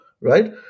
right